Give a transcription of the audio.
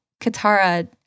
katara